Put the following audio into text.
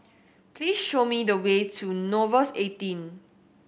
please show me the way to Nouvels eighteen